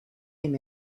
him